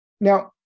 Now